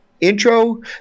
intro